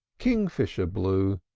kingfisher blue!